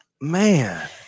man